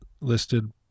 listed